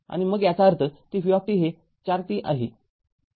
आणि मग याचा अर्थते v हे ४ t असेल